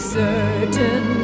certain